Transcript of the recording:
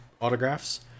autographs